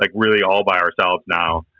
like really all by ourselves now,